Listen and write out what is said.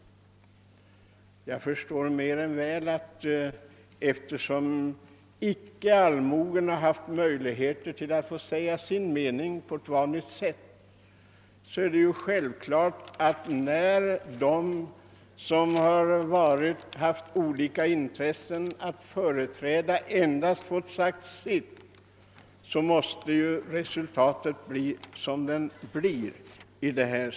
Resultatet måste ju också bli sådant när inte allmogen haft möjligheter att på vanligt sätt säga sin mening utan endast företrädare för olika intressen fått komma till tals.